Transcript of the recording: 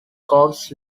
corps